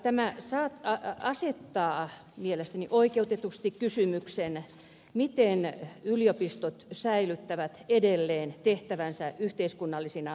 tämä asettaa mielestäni oikeutetusti kysymyksen miten yliopistot säilyttävät edelleen tehtävänsä yhteiskunnallisina sivistysyliopistoina